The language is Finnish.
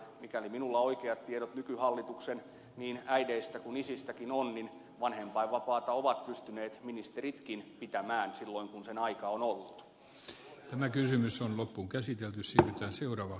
mikäli minulla oikeat tiedot nykyhallituksen niin äideistä kuin isistäkin on niin vanhempainvapaata ovat pystyneet ministeritkin pitämään silloin kun sen aika on ollut